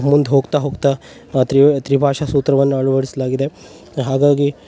ಮುಂದೆ ಹೋಗ್ತಾ ಹೋಗ್ತಾ ತ್ರಿ ತ್ರಿಭಾಷಾ ಸೂತ್ರವನ್ನು ಅಳವಡ್ಸ್ಲಾಗಿದೆ ಹಾಗಾಗಿ